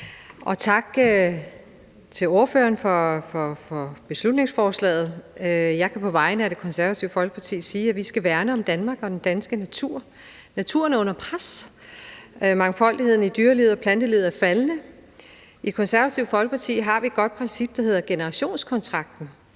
Tak til forslagsstillerne for beslutningsforslaget. Jeg kan på vegne af Det Konservative Folkeparti sige, at vi skal værne om Danmark og den danske natur. Naturen er under pres. Mangfoldigheden i dyrelivet og plantelivet er faldende. I Det Konservative Folkeparti har vi et godt princip, der hedder generationskontrakten.